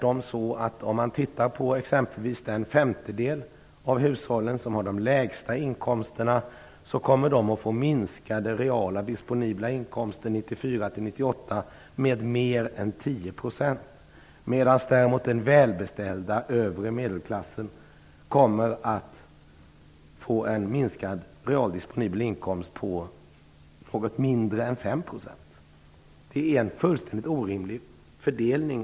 Om man tittar på exempelvis den femtedel av hushållen som har de lägsta inkomsterna ser man tvärtom att deras reala disponibla inkomster kommer att minska med mer än 10 % 1994-1998, medan den välbeställda övre medelklassens reala disponibla inkomst däremot kommer att minska med något mindre än 5 %. Det är en fullständigt orimlig fördelning.